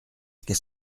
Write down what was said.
qu’est